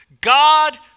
God